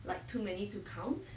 like too many to count